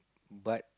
but